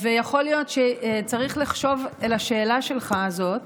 יכול להיות שצריך לחשוב על השאלה הזאת שלך.